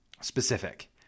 specific